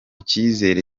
cyizere